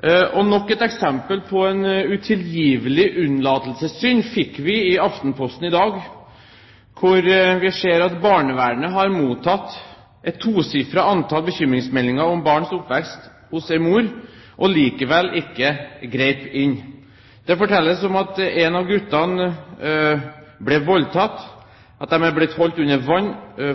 kommunene. Nok et eksempel på en utilgivelig unnlatelsessynd fikk vi i Aftenposten i dag, hvor vi ser at barnevernet har mottatt et tosifret antall bekymringsmeldinger om to barns oppvekst hos en mor og likevel ikke grep inn. Det fortelles om at guttene ble voldtatt, at de er blitt holdt under vann